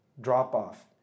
drop-off